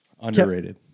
underrated